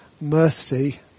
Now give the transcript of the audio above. mercy